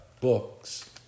books